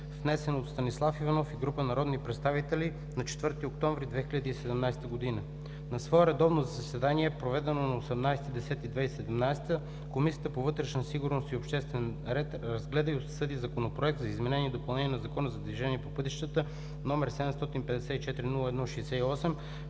внесен от Станислав Иванов и група народни представители на 4 октомври 2017 г. На свое редовно заседание, проведено на 18 октомври 2017 г., Комисията по вътрешна сигурност и обществен ред разгледа и обсъди Законопроект за изменение и допълнение на Закона за движение по пътищата, № 754-01-68,